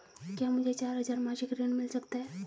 क्या मुझे चार हजार मासिक ऋण मिल सकता है?